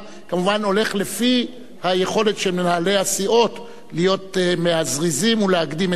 כמובן הולך לפי היכולת של מנהלי הסיעות להיות מהזריזים ולהקדים את כולם.